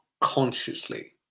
consciously